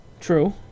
True